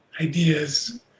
ideas